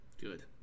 good